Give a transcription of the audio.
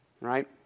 Right